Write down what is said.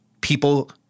people